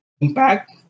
impact